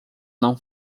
não